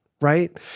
right